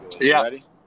Yes